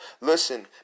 Listen